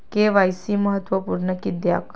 KYC महत्त्वपुर्ण किद्याक?